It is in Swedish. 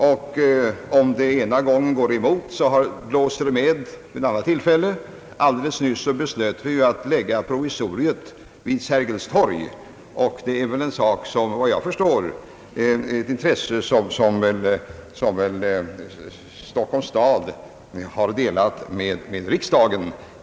Men om man den ena gången har motvind, får man medvind vid ett annat tillfälle. Alldeles nyss beslöt vi att lägga provisoriet vid Sergels torg, och det är väl ett intresse som — vad jag kan förstå — Stockholms stad har delat med riksdagen.